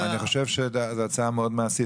אני חושב שזאת הצעה מאוד מעשית.